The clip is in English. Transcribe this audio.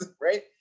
right